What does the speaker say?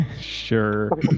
Sure